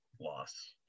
loss